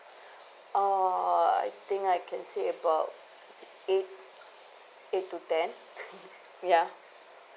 oh I think I can say about eight eight to ten ya